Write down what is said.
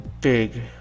Big